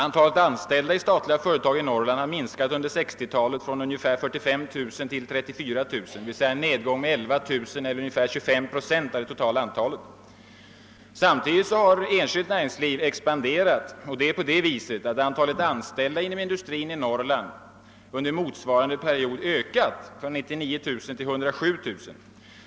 Antalet anställda i statliga företag i Norrland har under 1960-talet minskat från ungefär 45 000 till 34 000, d.v.s. en nedgång med 11 000 eller 25 procent av det totala antalet. Samtidigt har enskilt näringsliv expanderat, så att antalet anställda inom industrin i Norrland under motsvarande period har ökat från 99 000 till 107 000.